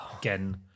Again